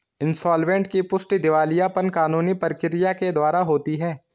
insolvent की पुष्टि दिवालियापन कानूनी प्रक्रिया के द्वारा होती है